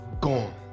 gone